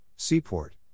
Seaport